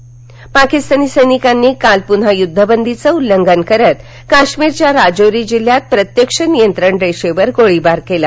युद्धबंदी पाकीस्तानी सर्विकांनी काल पुन्हा युद्धबंदीचं उल्लंघन करत काश्मीरच्या राजौरी जिल्ह्यात प्रत्यक्ष नियंत्रण रेषेवर गोळीबार केला